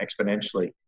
exponentially